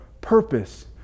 purpose